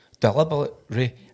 deliberately